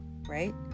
right